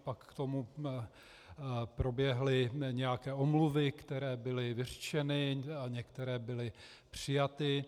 Pak k tomu proběhly nějaké omluvy, které byly vyřčeny, a některé byly přijaty.